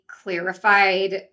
clarified